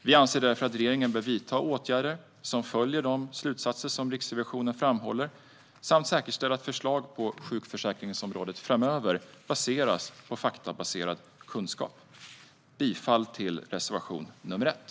Vi anser att regeringen bör vidta åtgärder som följer de slutsatser som Riksrevisionen framhåller samt säkerställa att förslag på sjukförsäkringsområdet framöver baseras på faktabaserad kunskap. Jag yrkar bifall till reservationen.